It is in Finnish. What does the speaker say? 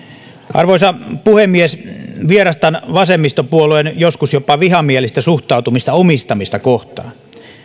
arvoisa puhemies vierastan vasemmistopuolueiden joskus jopa vihamielistä suhtautumista omistamista kohtaan